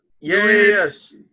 Yes